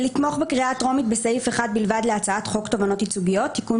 "לתמוך בקריאה הטרומית סעיף 1 בלבד להצעת חוק תובענות ייצוגיות (תיקון,